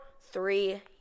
three